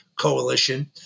coalition